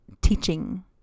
teaching